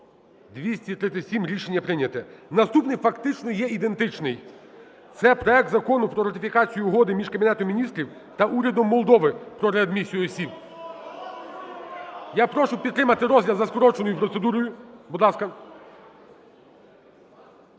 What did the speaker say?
За-237 Рішення прийнято. Наступний фактично є ідентичний. Це проект Закону про ратифікацію Угоди між Кабінетом Міністрів та Урядом Молдови про реадмісію осіб. Я прошу підтримати розгляд за скороченою процедурою.